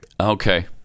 Okay